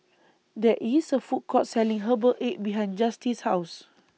There IS A Food Court Selling Herbal Egg behind Justice's House